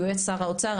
הוא יועץ שר האוצר,